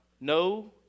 No